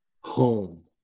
Home